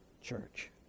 church